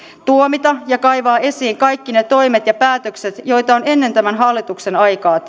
tuomita ja kaivaa esiin kaikki ne toimet ja päätökset joita on ennen tämän hallituksen aikaa